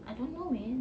I don't know man